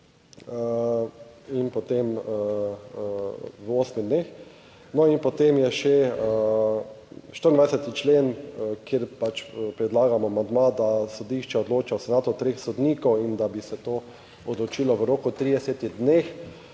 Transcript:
In potem v osmih dneh. No in potem je še 24. člen, kjer pač predlagamo amandma, da sodišče odloča v senatu treh sodnikov in da bi se to odločilo v roku 30 dneh